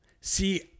see